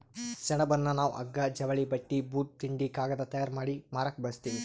ಸೆಣಬನ್ನ ನಾವ್ ಹಗ್ಗಾ ಜವಳಿ ಬಟ್ಟಿ ಬೂಟ್ ತಿಂಡಿ ಕಾಗದ್ ತಯಾರ್ ಮಾಡಿ ಮಾರಕ್ ಬಳಸ್ತೀವಿ